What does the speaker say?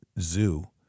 zoo